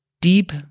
deep